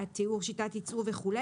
ושיטת ייצור וכו'.